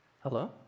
Hello